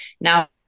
now